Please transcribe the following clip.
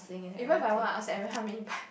even if I want I ask Aaron help me buy